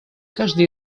каждый